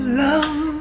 love